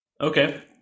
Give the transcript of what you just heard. Okay